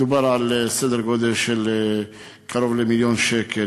מדובר על סדר גודל של קרוב למיליון שקל,